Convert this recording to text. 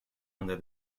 under